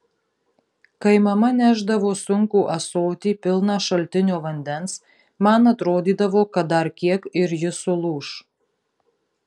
kai mama nešdavo sunkų ąsotį pilną šaltinio vandens man atrodydavo kad dar kiek ir ji sulūš